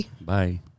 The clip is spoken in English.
Bye